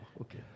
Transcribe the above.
okay